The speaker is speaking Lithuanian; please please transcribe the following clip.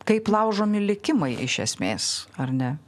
kaip laužomi likimai iš esmės ar ne